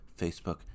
Facebook